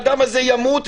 האדם הזה ימות,